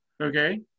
okay